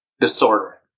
disorder